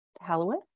Halloween